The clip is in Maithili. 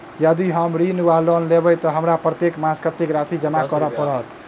यदि हम ऋण वा लोन लेबै तऽ हमरा प्रत्येक मास कत्तेक राशि जमा करऽ पड़त?